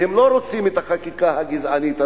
והם לא רוצים את החקיקה הגזענית הזאת.